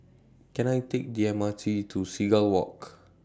Can I Take The M R T to Seagull Walk